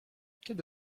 kiedy